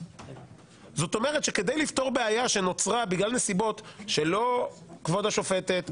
זאת אומרת שכדי לפתור בעיה שנוצרה בגלל נסיבות שלא כבוד השופטת,